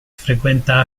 frequenta